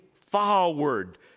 forward